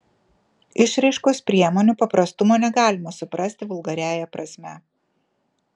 išraiškos priemonių paprastumo negalima suprasti vulgariąja prasme